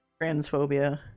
transphobia